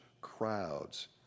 crowds